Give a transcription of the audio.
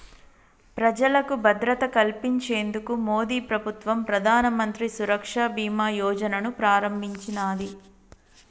ప్రజలకు భద్రత కల్పించేందుకు మోదీప్రభుత్వం ప్రధానమంత్రి సురక్ష బీమా యోజనను ప్రారంభించినాది